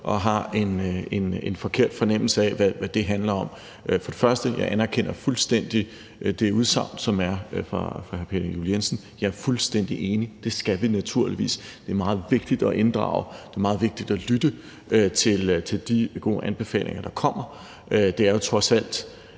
og har en forkert fornemmelse af, hvad det handler om. Jeg anerkender fuldstændig det udsagn, som kom fra hr. Peter Juel-Jensen. Jeg er fuldstændig enig. Det skal vi naturligvis. Det er meget vigtigt at inddrage dem. Det er meget vigtigt at lytte til de gode anbefalinger, der kommer. Det er jo trods alt